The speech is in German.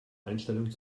einstellung